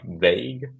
vague